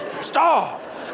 stop